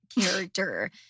character